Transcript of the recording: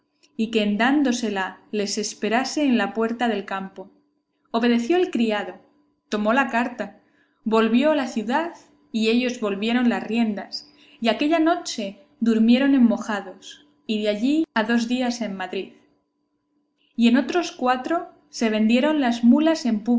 y que en dándosela les esperase en la puerta del campo obedeció el criado tomó la carta volvió a la ciudad y ellos volvieron las riendas y aquella noche durmieron en mojados y de allí a dos días en madrid y en otros cuatro se vendieron las mulas en